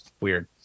weird